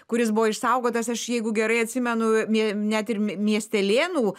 kuris buvo išsaugotas aš jeigu gerai atsimenu net ir miestelėnų